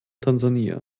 tansania